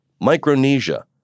Micronesia